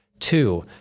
Two